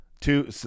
Two